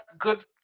good